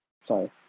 Sorry